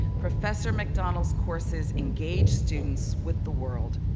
professor macdonald's courses engage students with the world.